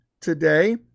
today